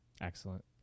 Excellent